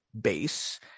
base